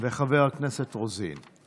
וחברת הכנסת רוזין.